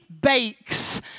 bakes